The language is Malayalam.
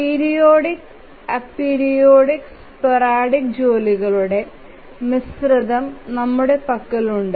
പീരിയോഡിക് അപീരിയോഡിക് സ്പോറാടിക് ജോലികളുടെ മിശ്രിതം നമ്മുടെ പക്കലുണ്ട്